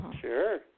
Sure